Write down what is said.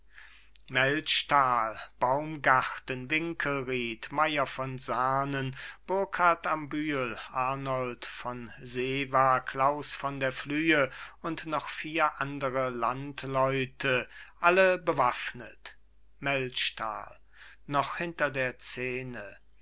melchtal baumgarten winkelried meier von sarnen burkhardt am bühel arnold von sewa klaus von der flüe und noch vier andere landleute alle bewaffnet melchtal noch hinter der szene